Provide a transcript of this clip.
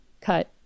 cut